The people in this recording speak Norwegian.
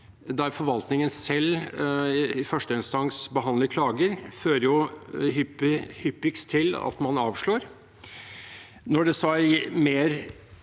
der forvaltningen selv i første instans behandler klager, fører hyppigst til at man avslår. Når det så er